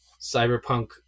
cyberpunk